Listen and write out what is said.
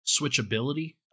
switchability